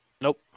Nope